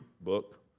book